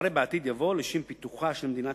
אחרי 'בעתיד' יבוא 'לשם פיתוחה של מדינת